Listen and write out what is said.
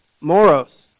moros